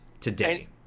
today